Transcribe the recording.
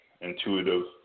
Intuitive